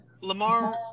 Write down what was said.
Lamar